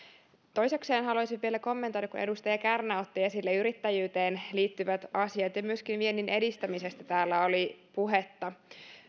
toisekseen haluaisin vielä kommentoida kun edustaja kärnä otti esille yrittäjyyteen liittyvät asiat ja myöskin vienninedistämisestä täällä oli puhetta